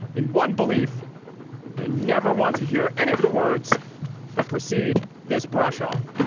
in one belief, they never want to hear any of the words that precede this brushoff